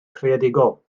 creadigol